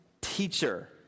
teacher